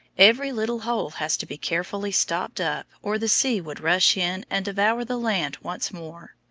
every little hole has to be carefully stopped up or the sea would rush in and devour the land once more.